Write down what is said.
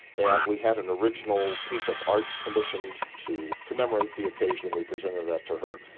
and we had an original piece of art commissioned to commemorate the occasion and we presented that to her,